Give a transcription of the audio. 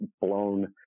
blown